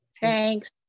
Thanks